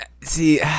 see